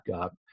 up